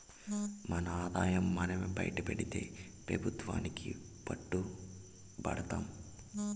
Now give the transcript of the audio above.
మన ఆదాయం మనమే బైటపెడితే పెబుత్వానికి పట్టు బడతాము